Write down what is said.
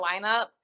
lineup